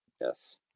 Yes